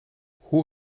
hoe